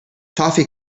toffee